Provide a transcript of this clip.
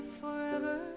forever